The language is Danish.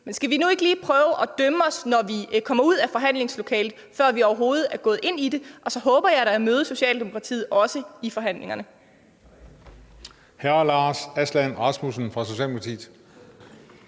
Men skal vi nu ikke lige prøve at vente med at dømme det, til vi kommer ud af forhandlingslokalet, og ikke, før vi overhovedet er gået ind i det, og så håber jeg da også at møde Socialdemokratiet i forhandlingerne.